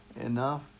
enough